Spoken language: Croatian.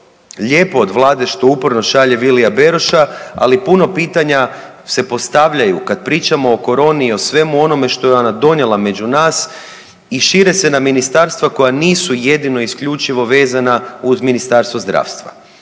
lijepo od Vlade što uporno šalje Vilija Beroša, ali puno pitanja se postavljaju kad pričaju o koroni i o svemu onome što je ona donijela među nas i šire se na ministarstva koja nisu jedino i isključivo vezana uz Ministarstvo zdravstva